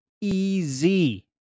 easy